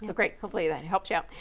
great. hopefully that helps you out.